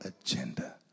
agenda